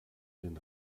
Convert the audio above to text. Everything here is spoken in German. den